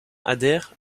adhèrent